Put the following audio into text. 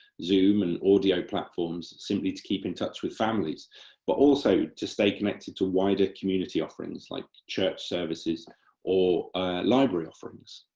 zoom and audio platforms simply to keep in touch with families but also to stay connected to wider community offerings like church services or library offerings.